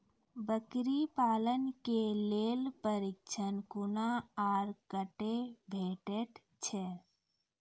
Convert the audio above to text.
बकरी पालन के लेल प्रशिक्षण कूना आर कते भेटैत छै?